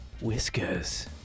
Whiskers